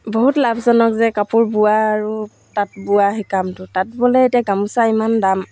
বহুত লাভজনক যে কাপোৰ বোৱা আৰু তাঁত বোৱা সেই কামটো তাঁত বোলে এতিয়া গামোচা ইমান দাম